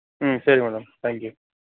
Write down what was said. ம் சரி madam thank you